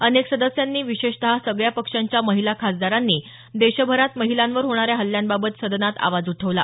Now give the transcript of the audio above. अनेक सदस्यांनी विशेषत सगळ्या पक्षांच्या महिला खासदारांनी देशभरात महिलांवर होणाऱ्या हल्ल्यांबाबत सदनात आवाज उठवला